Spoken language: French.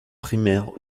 primaire